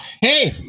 hey